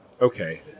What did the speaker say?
Okay